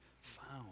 found